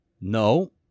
No